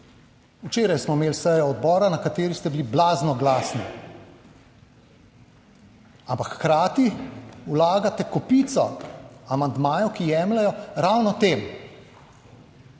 Včeraj smo imeli sejo odbora, na kateri ste bili blazno glasni, ampak hkrati vlagate kopico amandmajev, ki jemljejo ravno tem.